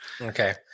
okay